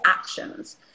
actions